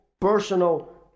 personal